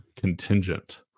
contingent